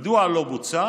מדוע לא בוצע?